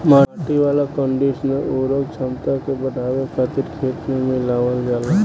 माटी वाला कंडीशनर उर्वरक क्षमता के बढ़ावे खातिर खेत में मिलावल जाला